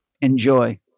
Enjoy